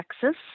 Texas